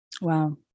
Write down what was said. Wow